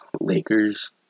Lakers